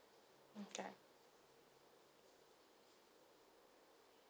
okay